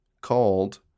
called